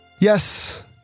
Yes